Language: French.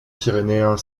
pyrénéen